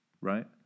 right